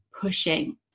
pushing